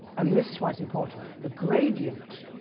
and this is why it's important. the gradient